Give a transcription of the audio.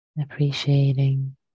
Appreciating